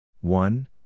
one